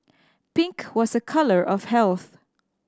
pink was a colour of health